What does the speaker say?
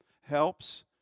Helps